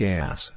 Gas